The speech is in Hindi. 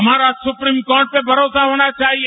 हमारा सुप्रीम कोर्ट पे भरोसा होना चाहिए